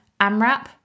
AMRAP